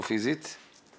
אצלנו בציבור